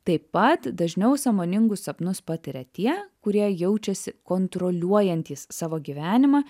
taip pat dažniau sąmoningus sapnus patiria tie kurie jaučiasi kontroliuojantys savo gyvenimą